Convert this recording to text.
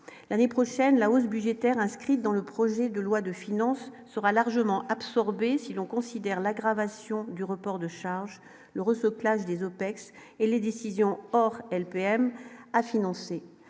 l'année prochaine la hausse budgétaire inscrite dans le projet de loi de finances sera largement absorbés, si l'on considère l'aggravation du report de charges, l'Euro se place des OPEX et les décisions hors LPM à financer,